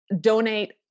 donate